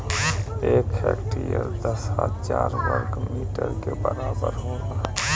एक हेक्टेयर दस हजार वर्ग मीटर के बराबर होला